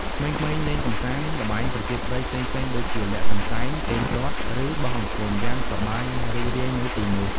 ក្មេងៗលេងកម្សាន្ត ល្បែងប្រជាប្រិយផ្សេងៗ ដូចជា លាក់កន្សែង ទាញព្រ័ត្រ ឬបោះអង្គុញ យ៉ាងសប្បាយរីករាយនៅទីនោះ។